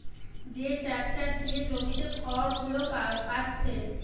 যে ট্যাক্টর দিয়ে জমিতে খড়গুলো পাচ্ছে